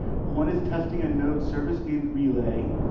one is testing a node service named relay,